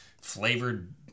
flavored